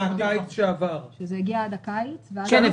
זה הגיע עד הקיץ --- כן,